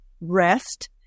rest